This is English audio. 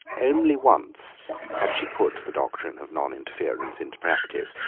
only once had she put the doctrine of non-interference into practice,